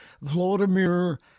Vladimir